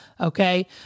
okay